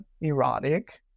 erotic